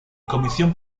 comisión